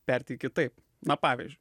perteik kitaip na pavyzdžiui